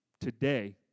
today